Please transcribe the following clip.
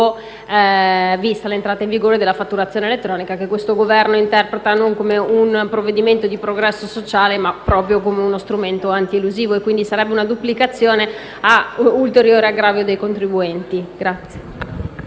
vista l'entrata in vigore della fatturazione elettronica, che questo Governo interpreta non come un provvedimento di progresso sociale, ma come uno strumento antielusivo. Sarebbe una duplicazione a ulteriore aggravio dei contribuenti.